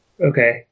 Okay